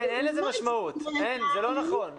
אין לזה משמעות, זה לא נכון.